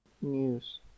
News